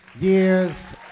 years